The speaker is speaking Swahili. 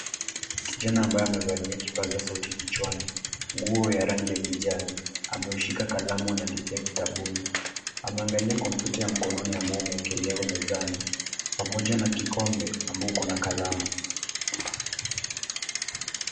Kijana ambaye amevalia kipaza sauti kichwani. Nguo ya rangi ya kijani ameushika kalamu anaandikia kitabuni. Ameangalia kompyuta ya mkononi ambayo imewekelewa mezani pamoja na kikombe ambayo iko na kalamu.